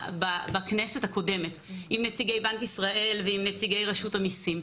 בכנסת הקודמת: עם נציגי בנק ישראל ועם נציגי רשות המיסים.